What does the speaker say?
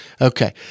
Okay